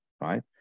right